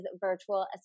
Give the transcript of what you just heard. Virtual